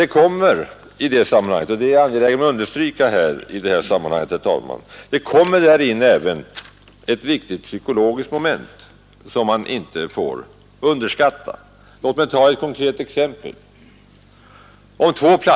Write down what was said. Men jag är angelägen att understryka i detta sammanhang, att det här kommer in även ett viktigt psykologiskt moment som man inte får underskatta. Låt mig ta ett konkret exempel.